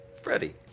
Freddie